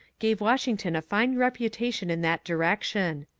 gave washington a fine reputation in that direc tion.